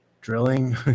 Drilling